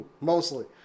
Mostly